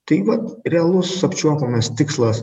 tai vat realus apčiuopiamas tikslas